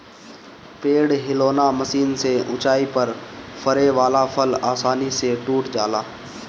पेड़ हिलौना मशीन से ऊंचाई पर फरे वाला फल आसानी से टूट जाला